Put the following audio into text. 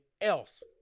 else